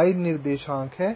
y निर्देशांक हैं